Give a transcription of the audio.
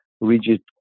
rigid